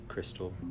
crystal